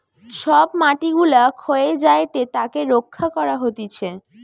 সব মাটি গুলা ক্ষয়ে যায়েটে তাকে রক্ষা করা হতিছে